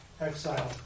exile